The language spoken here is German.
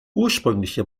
ursprüngliche